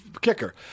kicker